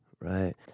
right